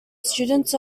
students